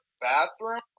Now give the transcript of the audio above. bathroom